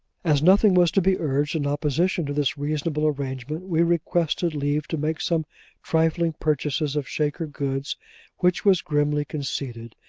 as nothing was to be urged in opposition to this reasonable arrangement, we requested leave to make some trifling purchases of shaker goods which was grimly conceded.